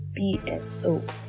BSO